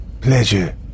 pleasure